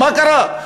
מה קרה?